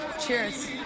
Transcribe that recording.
Cheers